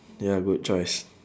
ya good choice